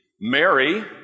Mary